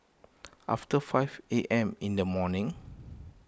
after five A M in the morning